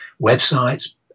websites